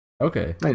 Okay